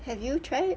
have you tried